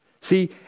See